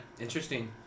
interesting